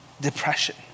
depression